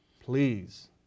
please